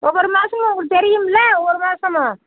ஒவ்வொரு மாதமும் உங்களுக்கு தெரியும்லே ஒவ்வொரு மாதமும்